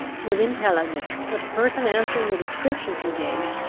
with intelligence that a person answering the description he gave,